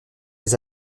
des